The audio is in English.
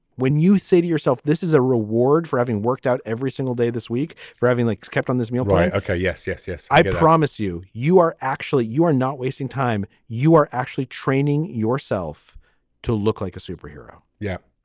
when you say to yourself this is a reward for having worked out every single day this week for having like kept on this meal right. okay. yes yes yes. i promise you you are actually you are not wasting time. you are actually training yourself to look like a superhero. yeah